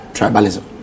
Tribalism